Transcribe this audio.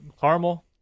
caramel